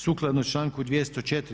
Sukladno članku 204.